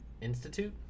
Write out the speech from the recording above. Institute